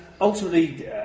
Ultimately